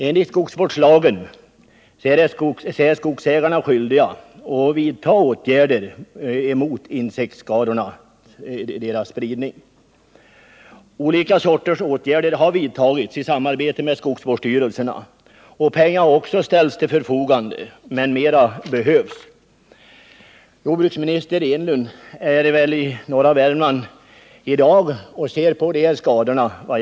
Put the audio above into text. Enligt skogsvårdslagen är skogsägarna skyldiga att vidta åtgärder mot insektsskadornas spridning. Olika sorters åtgärder har vidtagits i samarbete med skogsvårdsstyrelserna, och pengar har ställts till skogsägarnas förfogande, men mera behövs. Enligt vad jag har erfarit är väl jordbruksminister Enlund i norra Värmland i dag och ser på barkborreskadorna.